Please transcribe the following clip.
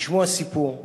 לשמוע סיפור.